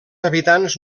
habitants